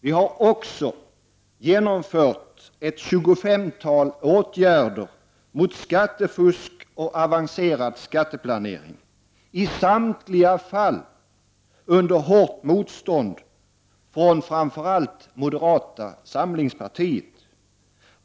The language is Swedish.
Vi har också genomfört ett tjugofemtal åtgärder mot skattefusk och avancerad skatteplanering, i samtliga fall under hårt motstånd från framför allt moderata samlingspartiet.